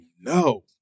no